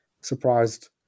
Surprised